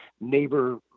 neighbor